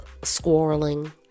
squirreling